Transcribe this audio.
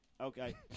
Okay